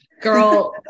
Girl